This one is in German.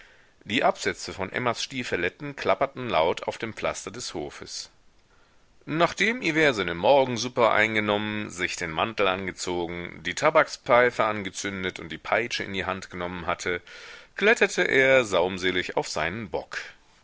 die absätze von emmas stiefeletten klapperten laut auf dem pflaster des hofes nachdem hivert seine morgensuppe eingenommen sich den mantel angezogen die tabakspfeife angezündet und die peitsche in die hand genommen hatte kletterte er saumselig auf seinen bock